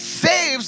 saves